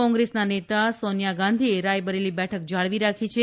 કોંગ્રેસના નેતા સોનિયા ગાંધીએ રાયબરેલી બેઠક જાળવી રાખી છે